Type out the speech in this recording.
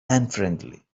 unfriendly